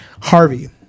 harvey